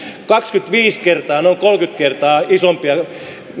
kaksikymmentäviisi kertaa noin kolmekymmentä kertaa isompia